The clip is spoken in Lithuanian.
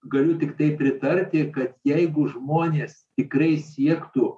galiu tiktai pritarti kad jeigu žmonės tikrai siektų